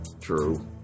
True